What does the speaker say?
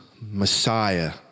Messiah